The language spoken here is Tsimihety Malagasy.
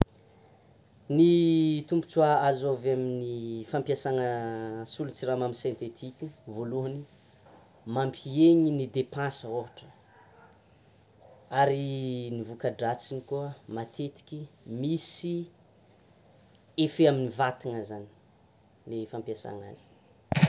Ny tombo-tsoa azo avy amin'ny fampiasana solon-tsiramamy sentetiky, voalohany mampihena ny dépense ohatra, ary ny voka-dratsiny koa matetiky misy effet amin'ny vatana zany ny fampiasana azy.